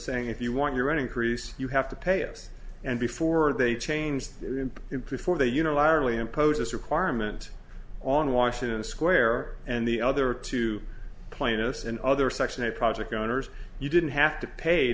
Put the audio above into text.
saying if you want your own increase you have to pay us and before they changed it before they unilaterally impose this requirement on washington square and the other two plaintiffs and other section a project on ours you didn't have to pay